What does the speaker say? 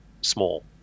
small